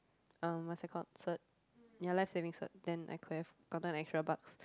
um what's that call cert ya life saving cert then I could have gotten extra bucks